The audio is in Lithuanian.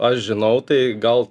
aš žinau tai gal